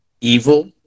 Evil